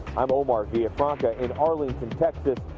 i'm omar villafranca in arlington, texas.